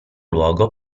luogo